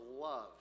love